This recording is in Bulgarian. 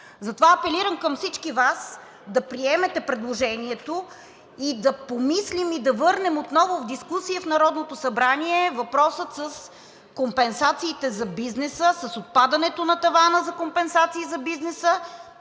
Затова апелирам към всички Вас да приемете предложението и да помислим и да върнем отново в дискусия в Народното събрание въпроса с компенсациите за бизнеса, с отпадането на тавана за компенсации за бизнеса